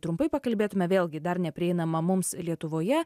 trumpai pakalbėtume vėlgi dar neprieinama mums lietuvoje